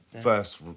first